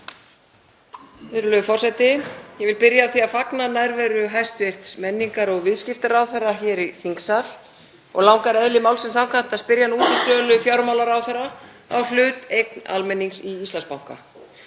Virðulegur forseti. Ég vil byrja á því að fagna nærveru hæstv. menningar- og viðskiptaráðherra hér í þingsal og langar eðli málsins samkvæmt að spyrja hana út í sölu fjármálaráðherra á hlut eign almennings í Íslandsbanka.